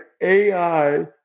AI